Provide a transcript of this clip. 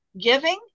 Giving